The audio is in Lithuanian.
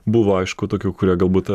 buvo aišku tokių kurie galbūt